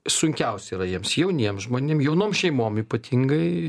sunkiausia yra jiems jauniems žmonėm jaunom šeimom ypatingai